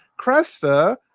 Cresta